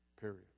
period